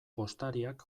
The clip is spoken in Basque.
postariak